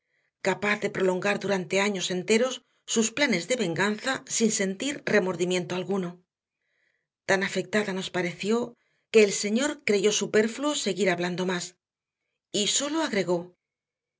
capaz de prolongar durante años enteros sus planes de venganza sin sentir remordimiento alguno tan afectada nos pareció que el señor creyó superfluo seguir hablando más y sólo agregó